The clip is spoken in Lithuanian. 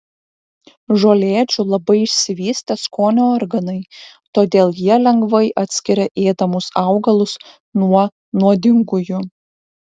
žolėdžių labai išsivystę skonio organai todėl jie lengvai atskiria ėdamus augalus nuo nuodingųjų